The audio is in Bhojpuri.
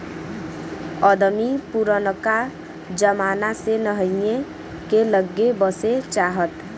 अदमी पुरनका जमाना से नहीए के लग्गे बसे चाहत